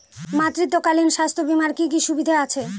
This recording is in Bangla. মাতৃত্বকালীন স্বাস্থ্য বীমার কি কি সুবিধে আছে?